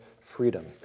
freedom